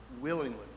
willingly